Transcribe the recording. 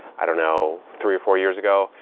i don't know, three or four years ago.